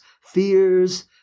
fears